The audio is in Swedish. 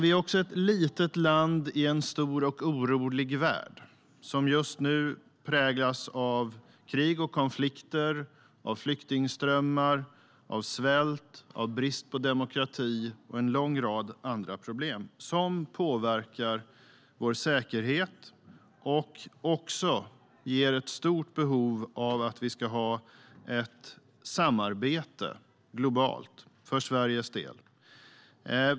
Sverige är också ett litet land i en stor och orolig värld, som just nu präglas av krig och konflikter, av flyktingströmmar, av svält, av brist på demokrati och av en lång rad andra problem som påverkar vår säkerhet. Detta gör också att Sverige har ett stort behov av att ha ett globalt samarbete.